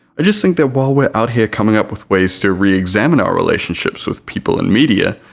i just think that while we're out here coming up with ways to re-examine our relationships with people and media,